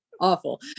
awful